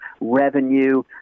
revenue